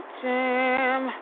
jam